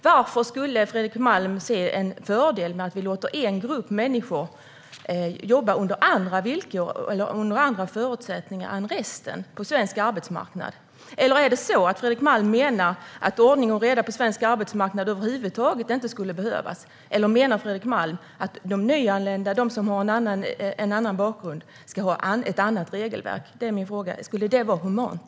Varför ser Fredrik Malm en fördel med att vi låter en grupp människor jobba under andra villkor och förutsättningar än övriga på svensk arbetsmarknad? Menar Fredrik Malm att ordning och reda på svensk arbetsmarknad över huvud taget inte skulle behövas, eller menar han att de nyanlända, de som har en annan bakgrund, ska ha ett annat regelverk? Skulle det vara humant?